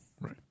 Right